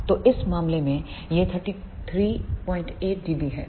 तो इस मामले में यह 338 डीबी है